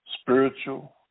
spiritual